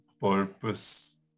purpose